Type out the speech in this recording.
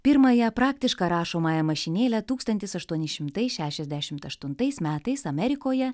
pirmąją praktišką rašomąją mašinėlę tūkstantis aštuoni šimtai šešiasdešimt aštuntais metais amerikoje